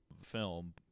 film